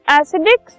acidic